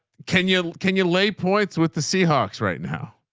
kenya. can you lay points with the seahawks right now?